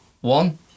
one